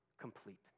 complete